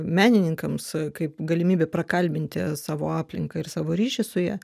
menininkams kaip galimybė prakalbinti savo aplinką ir savo ryšį su ja